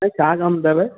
हलो छा कम अथव